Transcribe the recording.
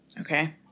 Okay